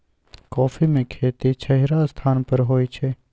coffee में खेती छहिरा स्थान पर होइ छइ